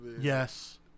Yes